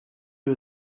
you